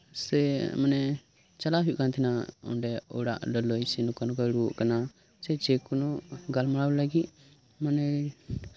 ᱥᱮ ᱢᱟᱱᱮ ᱪᱟᱞᱟᱜ ᱦᱩᱭᱩᱜ ᱠᱟᱱ ᱛᱟᱸᱦᱮᱱᱟ ᱚᱱᱰᱮ ᱚᱲᱟᱜ ᱞᱟᱹᱞᱟᱹᱭ ᱥᱮᱱ ᱦᱩᱭᱩᱜ ᱠᱟᱱᱟ ᱥᱮ ᱡᱮᱠᱳᱱᱳ ᱜᱟᱞᱢᱟᱨᱟᱣ ᱞᱟᱹᱜᱤᱫ ᱢᱟᱱᱮ